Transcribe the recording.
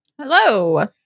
Hello